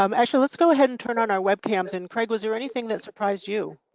um actually, let's go ahead and turn on our webcams. and craig, was there anything that surprised you?